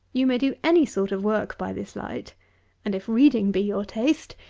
you may do any sort of work by this light and, if reading be your taste,